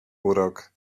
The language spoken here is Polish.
urok